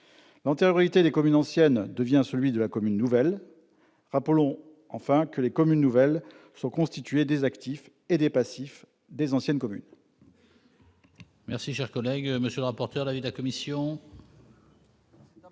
L'antériorité des communes anciennes devient celle de la commune nouvelle. Rappelons enfin que les communes nouvelles sont constituées des actifs et des passifs des anciennes communes. Quel est l'avis de la commission ?